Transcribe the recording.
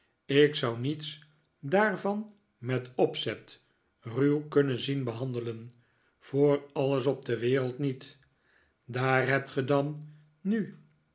ik zou niets daarvan met opzet ruw kunnen zien behandelen voor alles op de wereld niet daar hebt ge dan nu